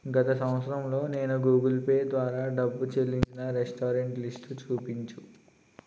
గత సంవత్సరంలో నేను గూగుల్ పే ద్వారా డబ్బు చెల్లించిన రెస్టారెంట్ల లిస్టు చూపించు